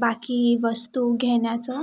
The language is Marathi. बाकी वस्तू घेण्याचं